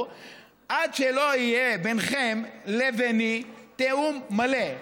עד שלא יהיה בינכם לביני תיאום מלא.